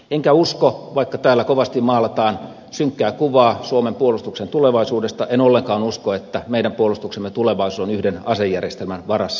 enkä ollenkaan usko vaikka täällä kovasti maalataan synkkää kuvaa suomen puolustuksen tulevaisuudesta että meidän puolustuksemme tulevaisuus on yhden asejärjestelmän varassa